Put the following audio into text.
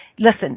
Listen